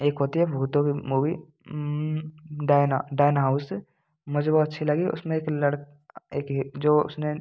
एक होती है भूतों की मूवी डायना डायना हाउस मुझे वो अच्छी लगी उसमें एक एक जो उसने